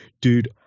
dude